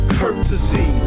courtesy